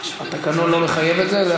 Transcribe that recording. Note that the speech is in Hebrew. התקנון לא מחייב את זה.